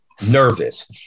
nervous